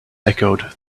echoed